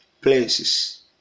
places